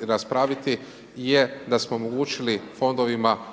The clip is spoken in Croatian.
raspraviti je da smo omogućili fondovima